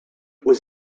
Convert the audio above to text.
was